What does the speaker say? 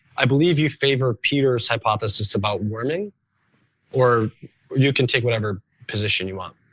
i believe you favor peter's hypothesis about warming or you can take whatever position you want.